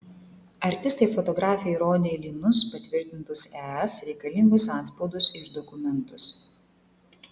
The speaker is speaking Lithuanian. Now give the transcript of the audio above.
artistai fotografei rodė lynus patvirtintus es reikalingus antspaudus ir dokumentus